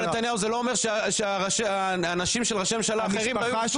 זה לא אומר שהנשים של ראשי ממשלה אחרים לא היו מעורבות.